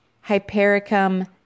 Hypericum